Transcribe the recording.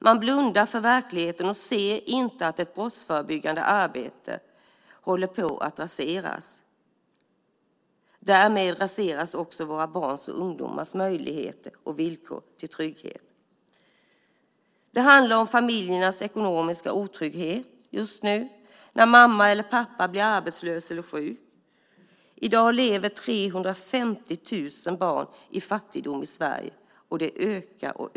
Man blundar för verkligheten och ser inte att det brottsförebyggande arbetet håller på att raseras. Därmed raseras också våra barns och ungdomars möjligheter och villkor för trygghet. Just nu handlar det om familjernas ekonomiska otrygghet när mamma eller pappa blir arbetslös eller sjuk. I dag lever 350 000 barn i fattigdom i Sverige och det ökar.